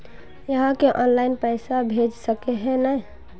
आहाँ के ऑनलाइन पैसा भेज सके है नय?